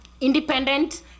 independent